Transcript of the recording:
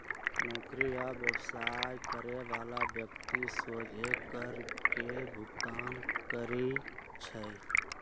नौकरी आ व्यवसाय करे बला व्यक्ति सोझे कर के भुगतान करइ छै